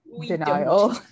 denial